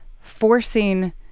forcing